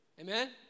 Amen